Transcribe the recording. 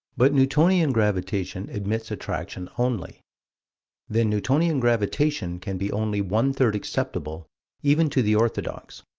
but newtonian gravitation admits attraction only then newtonian gravitation can be only one-third acceptable even to the orthodox,